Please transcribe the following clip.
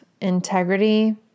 integrity